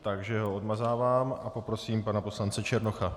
Takže ho odmazávám, a poprosím pana poslance Černocha.